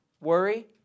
Worry